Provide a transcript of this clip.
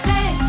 Hey